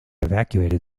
evacuated